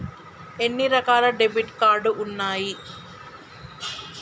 ఎన్ని రకాల debit card ఉన్నాయి?